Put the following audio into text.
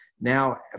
now